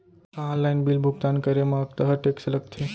का online bill भुगतान करे मा अक्तहा टेक्स लगथे?